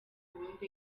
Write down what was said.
imibumbe